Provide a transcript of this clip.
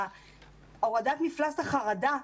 הורדת מפלס החרדה,